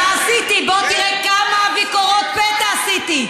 מה עשיתי, בוא תראה כמה ביקורות פתע עשיתי.